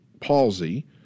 palsy